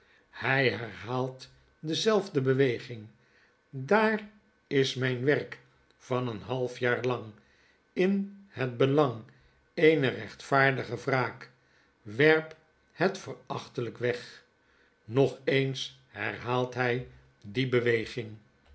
hjj herhaalt dezelfde beweging daar is mp werk van een half jaar lang in het belang eener rechtvaardige wraak werp het verachtelp weg nog eens herhaalt hy die